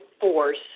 force